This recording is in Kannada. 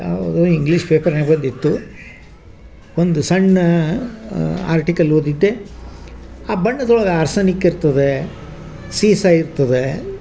ಯಾವುದೋ ಇಂಗ್ಲೀಷ್ ಪೇಪರ್ನ್ಯಾಗ ಬಂದಿತ್ತು ಒಂದು ಸಣ್ಣ ಆರ್ಟಿಕಲ್ ಓದಿದ್ದೆ ಆ ಬಣ್ಣದೊಳಗೆ ಆರ್ಸನಿಕ್ ಇರ್ತದೆ ಸೀಸ ಇರ್ತದೆ